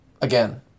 Again